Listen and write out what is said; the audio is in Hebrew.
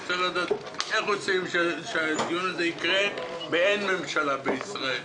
אני רוצה לדעת איך עושים שהדיון הזה יקרה באין ממשלה בישראל.